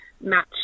match